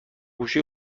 گوشی